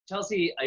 chelsea,